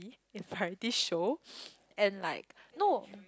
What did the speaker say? a variety show and like no